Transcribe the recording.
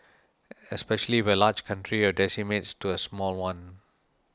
especially if a large country decimates to a small one